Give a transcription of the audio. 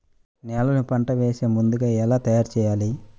నేలను పంట వేసే ముందుగా ఎలా తయారుచేయాలి?